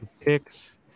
Picks